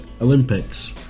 Olympics